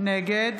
נגד